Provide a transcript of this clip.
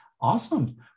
Awesome